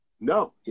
No